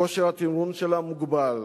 כושר התמרון שלה מוגבל,